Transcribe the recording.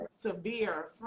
severe